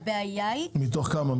מתוך כמה?